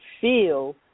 feel